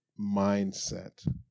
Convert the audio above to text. mindset